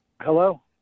Hello